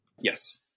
Yes